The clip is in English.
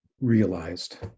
realized